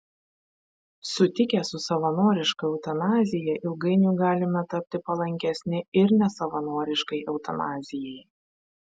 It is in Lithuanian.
sutikę su savanoriška eutanazija ilgainiui galime tapti palankesni ir nesavanoriškai eutanazijai